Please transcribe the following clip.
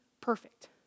perfect